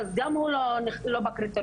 אז גם הוא לא עומד בקריטריונים,